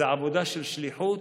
זו עבודה של שליחות,